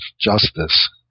justice